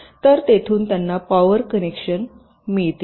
तर तेथून त्यांना पॉवर कनेक्शन मिळतील